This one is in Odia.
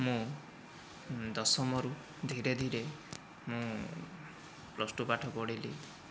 ମୁଁ ଦଶମରୁ ଧୀରେ ଧୀରେ ମୁଁ ପ୍ଲସ୍ ଟୁ ପାଠ ପଢ଼ିଲି